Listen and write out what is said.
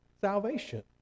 Salvation